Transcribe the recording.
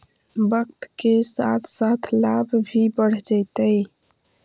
वक्त के साथ साथ लाभ भी बढ़ जतइ